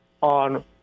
on